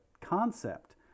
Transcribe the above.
concept